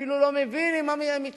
אפילו לא מבין עם מה מתמודדים.